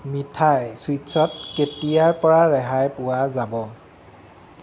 মিঠাই চুইটচত কেতিয়াৰপৰা ৰেহাই পোৱা যাব